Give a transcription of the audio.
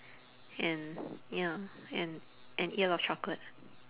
and ya and and eat a lot of chocolate